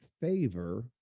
favor